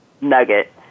nugget